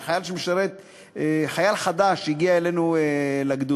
זה חייל חדש שהגיע אלינו לגדוד.